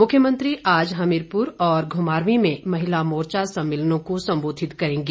मुख्यमंत्री आज हमीरपुर और घुमारवीं में महिला मोर्चा सम्मेलनों को संबोधित करेंगे